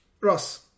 Ross